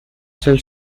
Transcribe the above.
celle